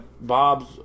Bob's